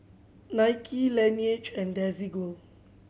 Nike Laneige and Desigual